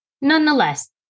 Nonetheless